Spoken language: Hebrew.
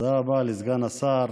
תומכי טרור,